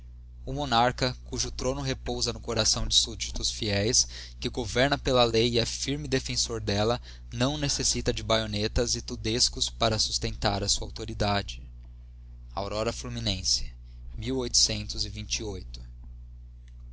monarcha cujo throno repousa no coração de súbditos fieis que governa pela lei e é firme defensor delia não necessita de bayonetas de tudescos para sustentar a sua autoridade aurora fluminense